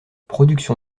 production